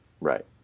Right